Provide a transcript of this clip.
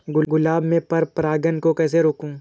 गुलाब में पर परागन को कैसे रोकुं?